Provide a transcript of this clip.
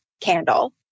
candle